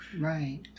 right